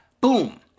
boom